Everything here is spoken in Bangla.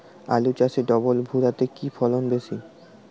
আলু চাষে ডবল ভুরা তে কি ফলন বেশি?